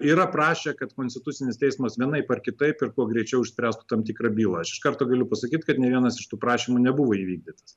yra prašę kad konstitucinis teismas vienaip ar kitaip ir kuo greičiau išspręstų tam tikrą bylą aš iš karto galiu pasakyt kad nė vienas iš tų prašymų nebuvo įvykdytas